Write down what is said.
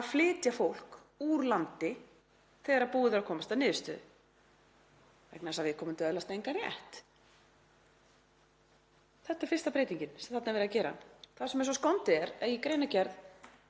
að flytja fólk úr landi þegar búið er að komast að niðurstöðu vegna þess að viðkomandi öðlast engan rétt. Þetta er fyrsta breytingin sem þarna er verið að gera. Það sem er svo skondið er að í greinargerð